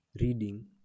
reading